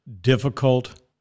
difficult